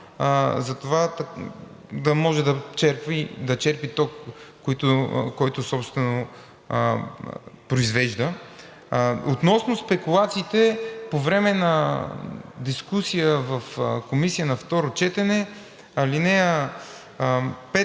за това да може да черпи ток, който собствено произвежда. Относно спекулациите по време на дискусия в комисия на второ четене, ал. 5